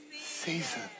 Season